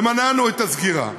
ומנענו את הסגירה.